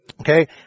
Okay